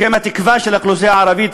שהם התקווה של האוכלוסייה הערבית,